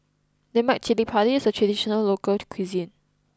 Lemak Cili Padi is a traditional local cuisine